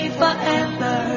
forever